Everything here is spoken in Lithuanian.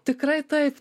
tikrai taip